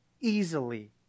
easily